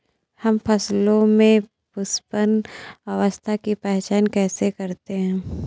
हम फसलों में पुष्पन अवस्था की पहचान कैसे करते हैं?